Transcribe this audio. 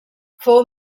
fou